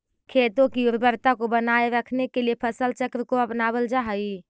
खेतों की उर्वरता को बनाए रखने के लिए फसल चक्र को अपनावल जा हई